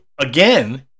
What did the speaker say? again